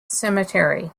cemetery